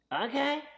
okay